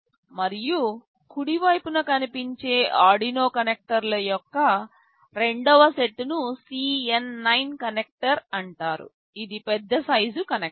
మరియు కుడి వైపున కనిపించే ఆర్డునో కనెక్టర్ల యొక్క రెండవ సెట్ను CN9 కనెక్టర్ అంటారు ఇది పెద్ద సైజు కనెక్టర్